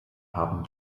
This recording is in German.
haben